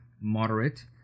moderate